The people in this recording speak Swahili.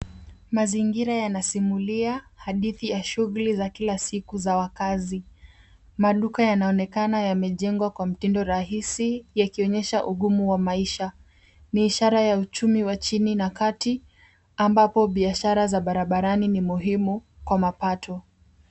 Mazingira yanasimulia hadithi ya shughuli za kila siku za wakazi. Maduka yanaonekana yamejengwa kwa mtindo rahisi yakionyesha ugumu wa maisha. Ni ishara ya uchumi wa chini na kati ambapo biashara za barabarani ni muhimu kwa mapato.